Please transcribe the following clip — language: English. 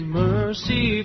mercy